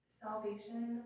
salvation